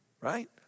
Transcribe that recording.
right